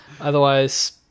otherwise